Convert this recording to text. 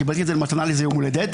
קיבלתי את זה במתנה לאיזה יום הולדת.